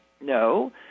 No